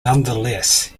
nonetheless